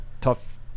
tough